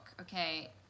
okay